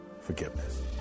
forgiveness